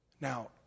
Now